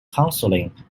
counselling